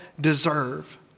deserve